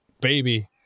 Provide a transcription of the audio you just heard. baby